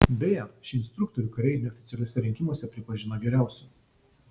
beje šį instruktorių kariai neoficialiuose rinkimuose pripažino geriausiu